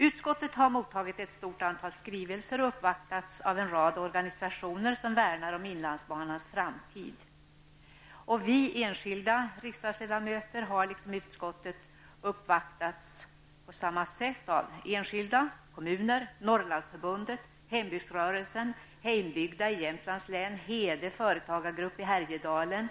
Utskottet har mottagit ett stort antal skrivelser och uppvaktats av en rad organisationer som värnar om inlandsbanans framtid. Även vi enskilda riksdagsledamöter har, liksom utskottet, uppvaktats på samma sätt av enskilda, kommuner, Härjedalen,